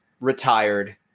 retired